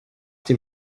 dem